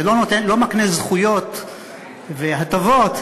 זה לא מקנה זכויות והטבות,